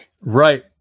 Right